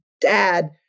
dad